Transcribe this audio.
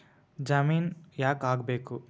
ಜಾಮಿನ್ ಯಾಕ್ ಆಗ್ಬೇಕು?